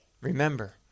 Remember